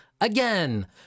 Again